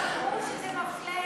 שני הבג"צים קבעו שזה מפלה,